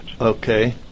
Okay